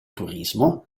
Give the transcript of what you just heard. turismo